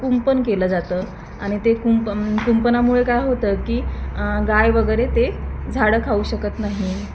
कुंपण केलं जातं आणि ते कुंपण कुंपणामुळे काय होतं की गाय वगैरे ते झाडं खाऊ शकत नाही